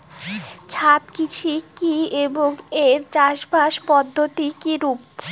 ছাদ কৃষি কী এবং এর চাষাবাদ পদ্ধতি কিরূপ?